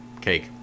Cake